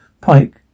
Pike